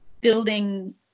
building